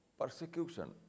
persecution